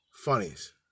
Funnies